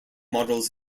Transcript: models